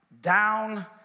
down